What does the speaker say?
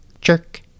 Jerk